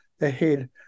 ahead